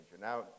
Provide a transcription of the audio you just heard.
Now